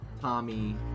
Tommy